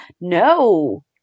No